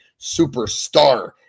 superstar